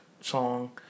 song